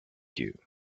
you